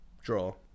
draw